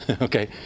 okay